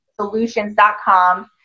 solutions.com